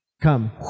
Come